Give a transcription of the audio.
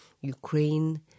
Ukraine